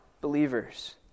believers